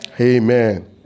Amen